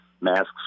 masks